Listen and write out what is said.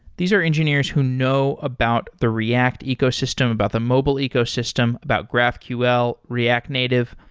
these are engineers who know about the react ecosystem, about the mobile ecosystem, about graphql, react native.